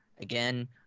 Again